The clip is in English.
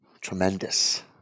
tremendous